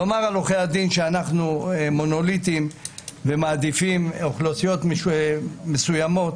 אז לומר עלינו שאנחנו מונוליטיים ומעדיפים אוכלוסיות מסוימות